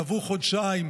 יעברו חודשיים,